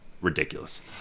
ridiculous